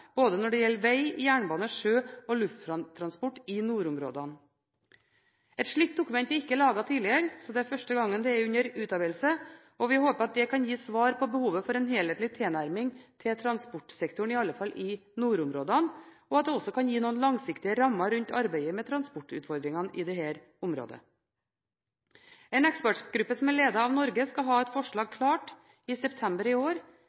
både når det gjelder veg, jernbane, sjø- og lufttransport i nordområdene. Et slikt dokument er ikke laget tidligere, så det er første gang det er under utarbeidelse. Vi håper at det kan gi et svar på behovet for en helhetlig tilnærming til transportsektoren iallfall i nordområdene, og at det også kan gi noen langsiktige rammer rundt arbeidet med transportutfordringene i dette området. En ekspertgruppe som er ledet av Norge, skal ha et forslag til en slik felles transportplan klart i september i år,